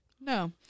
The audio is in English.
No